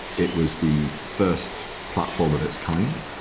it was the first platform of its kind.